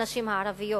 הנשים הערביות,